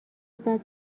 بعد